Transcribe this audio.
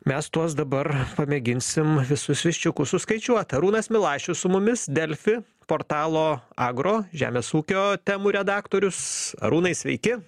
mes tuos dabar pamėginsim visus viščiukus suskaičiuot arūnas milašius su mumis delfi portalo agro žemės ūkio temų redaktorius arūnai sveiki